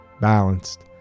balanced